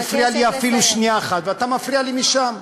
שלא הפריעה לי אפילו פעם אחת, ואתה מפריע לי משם.